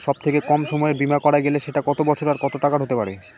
সব থেকে কম সময়ের বীমা করা গেলে সেটা কত বছর আর কত টাকার হতে পারে?